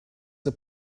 der